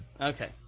Okay